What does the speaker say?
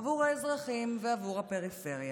עבור האזרחים ועבור הפריפריה,